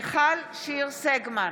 מיכל שיר סגמן,